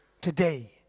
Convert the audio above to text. today